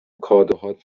کادوهات